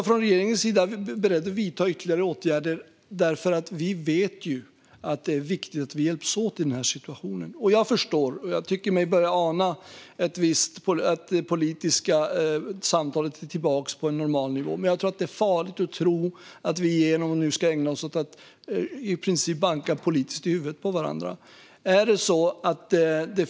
Regeringen är beredd att vidta ytterligare åtgärder, eftersom vi vet att det är viktigt att hjälpas åt i den här situationen. Jag förstår, och jag tycker mig börja ana, att det politiska samtalet är tillbaka på en normal nivå. Men jag tror att det är farligt att tro att vi nu ska ägna oss åt att i princip banka varandra i huvudet politiskt.